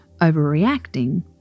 overreacting